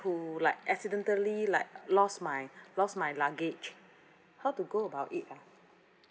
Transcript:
who like accidentally like lost my lost my luggage how to go about it ah